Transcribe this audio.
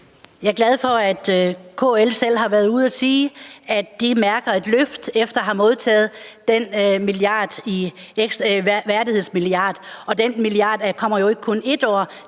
Jeg er glad for, at KL selv har været ude at sige, at de mærker et løft efter at have modtaget den værdighedsmilliard, og den milliard kommer jo ikke kun et år.